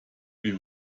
wie